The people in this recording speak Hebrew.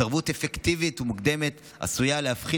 התערבות אפקטיבית ומוקדמת עשויה להפחית